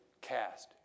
cast